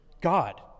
God